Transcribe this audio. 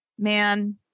Man